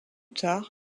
tard